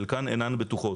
חלקן אינן בטוחות.